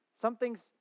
Something's